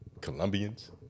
Colombians